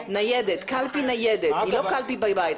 קלפי ניידת היא לא קלפי בבית.